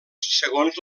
segons